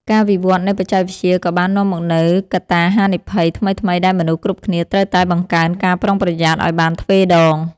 ការវិវឌ្ឍនៃបច្ចេកវិទ្យាក៏បាននាំមកនូវកត្តាហានិភ័យថ្មីៗដែលមនុស្សគ្រប់គ្នាត្រូវតែបង្កើនការប្រុងប្រយ័ត្នឱ្យបានទ្វេដង។